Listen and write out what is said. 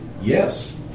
Yes